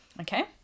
Okay